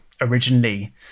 originally